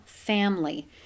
family